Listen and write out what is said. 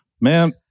man